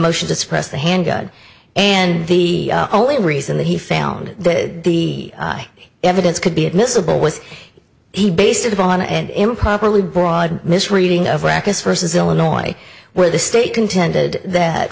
motion to suppress the handgun and the only reason that he found that the evidence could be admissible was he based upon and improperly broad misreading of rackets versus illinois where the state contended that